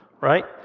right